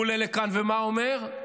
הוא עולה לכאן, ומה הוא אומר?